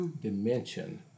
dimension